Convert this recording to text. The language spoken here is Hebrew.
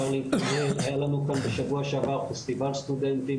היה לנו כאן בשבוע שעבר פסטיבל סטודנטים,